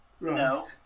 no